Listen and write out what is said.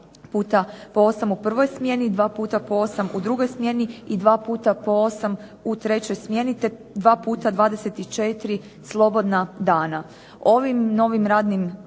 dva puta po 8 u prvoj smjeni, dva puta po 8 u drugoj smjeni i dva puta po 8 u trećoj smjeni te dva puta 24 slobodna dana. Ovim novim radnim